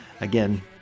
again